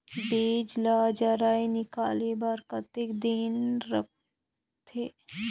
बीजा ला जराई निकाले बार कतेक दिन रखथे?